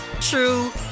true